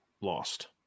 lost